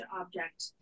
object